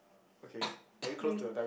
maybe